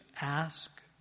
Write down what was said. ask